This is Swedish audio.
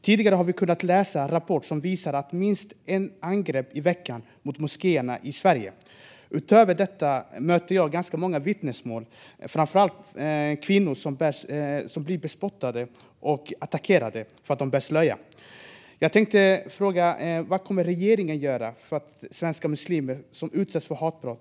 Tidigare har vi i en rapport kunnat läsa om att det sker minst ett angrepp i veckan mot moskéerna i Sverige. Utöver detta möter jag många vittnesmål. Det är framför allt kvinnor som blir bespottade och attackerade för att de bär slöja. Vad kommer regeringen att göra för svenska muslimer som utsätts för hatbrott?